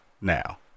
now